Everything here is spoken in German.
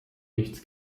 nichts